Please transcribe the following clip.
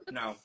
no